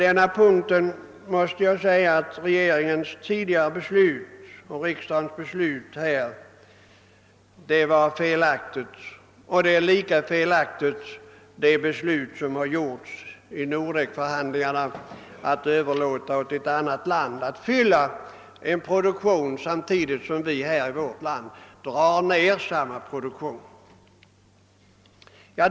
Jag måste säga att regeringens och riksdagens tidigare beslut på denna punkt var felaktigt, och lika felaktigt är det beslut som har fattats i Nordekförhandlingarna att överlåta åt ett annat land att fylla den produktion som vi i vårt land samtidigt skall dra ner.